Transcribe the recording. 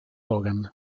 hogan